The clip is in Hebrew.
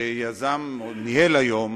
שיזם וניהל היום